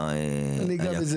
וגם.